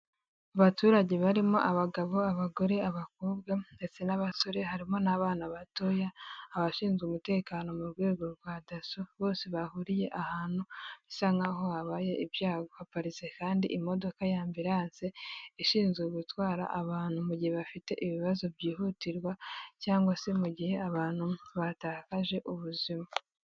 Abaturage barimo abagabo, abagore, abakobwa, ndetse n'abasore harimo n'abana batoya, abashinzwe umutekano mu rwego rwa daso bose bahuriye ahantu bisa nkaho habaye ibyaha, haparitse kandi imodoka ya ambilanse ishinzwe gutwara abantu mu gihe bafite ibibazo byihutirwa cyangwa se mu gihe abantu batakaje ubuzima.